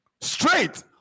straight